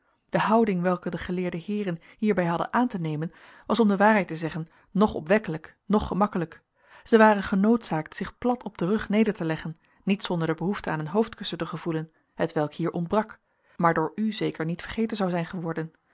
de houding welke de geleerde heeren hierbij hadden aan te nemen was om de waarheid te zeggen noch opwekkelijk noch gemakkelijk zij waren genoodzaakt zich plat op den rug neder te leggen niet zonder de behoefte aan een hoofdkussen te gevoelen hetwelk hier ontbrak maar door u zeker niet vergeten zou zijn geworden